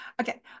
Okay